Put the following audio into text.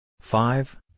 Five